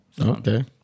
okay